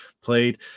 played